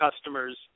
customers